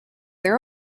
their